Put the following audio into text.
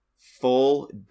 Full